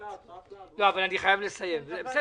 להיכנס למשרד לאט-לאט.